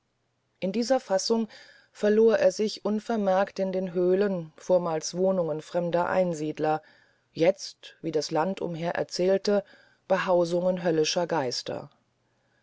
in dieser fassung verlor er sich unvermerkt zu den hölen vormals wohnungen frommer einsiedler jetzt wie das land umher erzählte behausungen höllischer geister